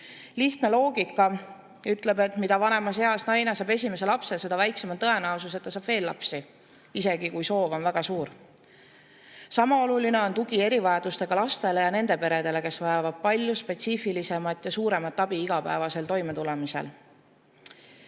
Lihtne loogika ütleb, et mida vanemas eas saab naine esimese lapse, seda väiksem on tõenäosus, et ta saab veel lapsi, isegi kui soov on väga suur. Sama oluline on tugi erivajadustega lastele ja nende peredele, kes vajavad palju spetsiifilisemat ja suuremat abi igapäevasel toimetulemisel.